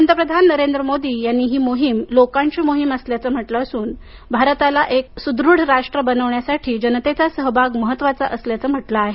पंतप्रधान नरेंद्र मोदी यांनी ही मोहीम लोकांची मोहीम असल्याचे म्हटले असून भारताला एक सुदृढ राष्ट्र बनवण्यासाठी जनतेचा सहभाग महत्त्वाचा असल्याचं म्हटलं आहे